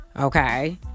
Okay